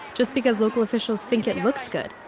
just because local officials think it looks good.